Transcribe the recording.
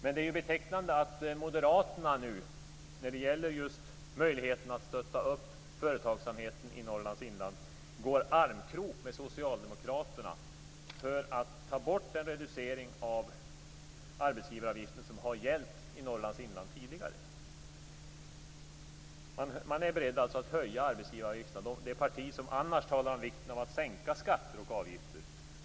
Men det är betecknande att Moderaterna nu när det gäller just möjligheterna att stötta upp företagsamheten i Norrlands inland, går armkrok med Socialdemokraterna för att ta bort den reducering av arbetsgivaravgiften som har gällt i Norrlands inland tidigare. Man är alltså beredd att höja arbetsgivaravgifterna - det parti som annars talar om vikten av att sänka skatter och avgifter.